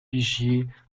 vigier